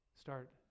start